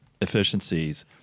efficiencies